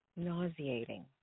Nauseating